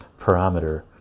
parameter